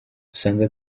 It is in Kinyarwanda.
usanga